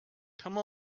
come